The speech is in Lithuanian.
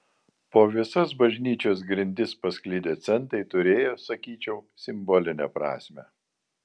po visas bažnyčios grindis pasklidę centai turėjo sakyčiau simbolinę prasmę